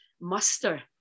muster